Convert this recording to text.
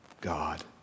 God